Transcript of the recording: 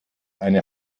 eine